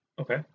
Okay